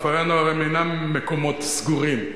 כפרי-הנוער אינם מקומות סגורים,